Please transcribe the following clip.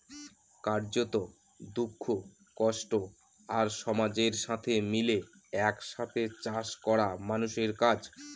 কার্যত, দুঃখ, কষ্ট আর সমাজের সাথে মিলে এক সাথে চাষ করা মানুষের কাজ